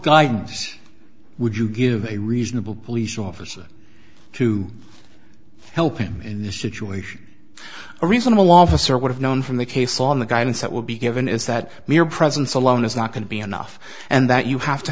guidance would you give a reasonable police officer to helping in this situation a reasonable officer would have known from the case on the guidance that will be given is that mere presence alone is not going to be enough and that you have to